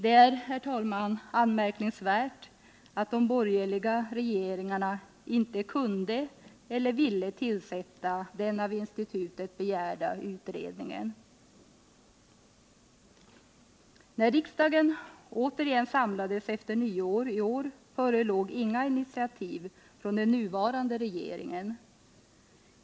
Det är, herr talman, anmärkningsvärt att de borgerliga regeringarna inte kunde eller ville tillsätta den av institutet begärda utredningen. När riksdagen återigen samlades efter nyår i år förelåg inga initiativ från den nuvarande regeringen.